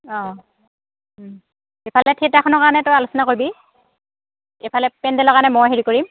অঁ এইফালে থিয়েটাৰখনৰ কাৰণে তই আলোচনা কৰিবি এইফালে পেণ্ডেলৰ কাৰণে মই হেৰি কৰিম